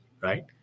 right